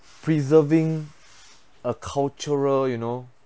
preserving a cultural you know